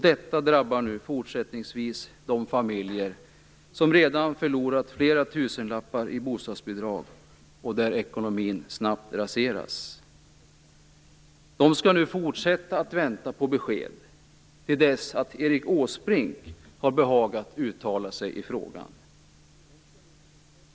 Detta drabbar nu fortsättningsvis de familjer som redan har förlorat flera tusenlappar i bostadsbidrag, vilket gör att deras ekonomi snabbt raseras. De skall nu fortsätta att vänta på besked till dess att Erik Åsbrink har behagat uttala sig i frågan.